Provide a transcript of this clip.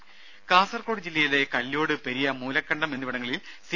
ദേദ കാസർകോട് ജില്ലയിലെ കല്ല്യോട് പെരിയ മൂലക്കണ്ടം എന്നിവിടങ്ങളിൽ സി